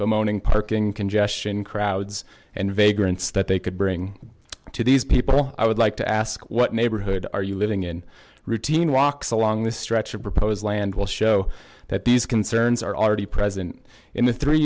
but moaning parking congestion crowds and vagrants that they could bring to these people i would like to ask what neighborhood are you living in routine walks along this stretch of proposed land will show that these concerns are already present in the three